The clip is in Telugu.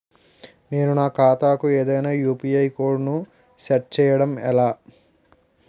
నేను నా ఖాతా కు ఏదైనా యు.పి.ఐ కోడ్ ను సెట్ చేయడం ఎలా?